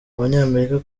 abanyamerika